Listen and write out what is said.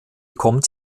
kommt